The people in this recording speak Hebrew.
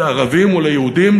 לערבים וליהודים,